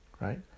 right